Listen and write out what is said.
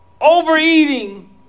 overeating